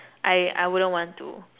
I I wouldn't want to